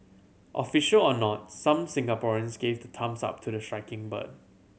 official or not some Singaporeans gave the thumbs up to the striking bird